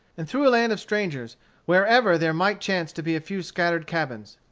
and through a land of strangers wherever there might chance to be a few scattered cabins.